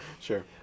Sure